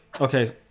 Okay